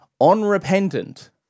unrepentant